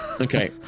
Okay